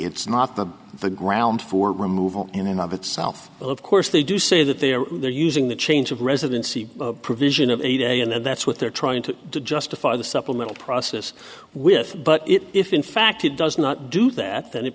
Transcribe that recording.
it's not that the ground for removal in and of itself of course they do say that they are there using the change of residency provision of a day and that's what they're trying to justify the supplemental process with but it if in fact it does not do that then it